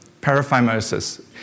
paraphimosis